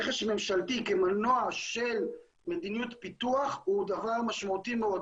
רכש ממשלתי כמנוע של מדיניות פיתוח הוא דבר משמעותי מאוד,